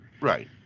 Right